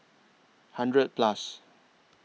hundred Plus